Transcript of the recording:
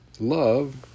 love